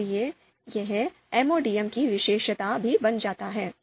इसलिए यह MODM की विशेषता भी बन जाता है